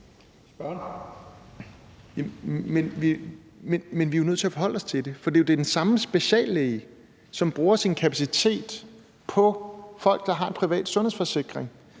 Men vi er jo nødt til at forholde os til det. Det er jo den samme speciallæge, som bruger sin kapacitet på folk, der har en privat sundhedsforsikring,